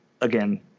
again